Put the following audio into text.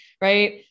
right